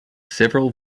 several